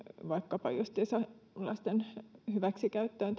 vaikkapa justiinsa lasten hyväksikäyttöön